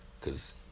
Cause